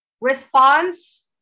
response